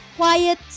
quiet